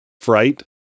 fright